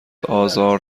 آزار